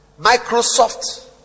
Microsoft